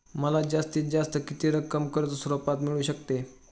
मला जास्तीत जास्त किती रक्कम कर्ज स्वरूपात मिळू शकते?